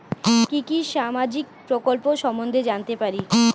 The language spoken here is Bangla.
কি কি সামাজিক প্রকল্প সম্বন্ধে জানাতে পারি?